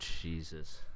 jesus